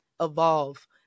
evolve